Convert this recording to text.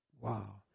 Wow